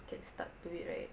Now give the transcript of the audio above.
get stuck to it right